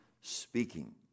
speaking